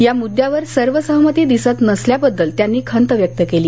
या मुद्यावर सर्वसहमती दिसत नसल्याबद्दल त्यांनी खंत व्यक्त केली